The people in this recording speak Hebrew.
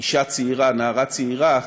אישה צעירה, נערה צעירה,